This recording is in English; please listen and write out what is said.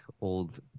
old